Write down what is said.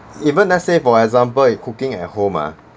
even let's say for example you're cooking at home ah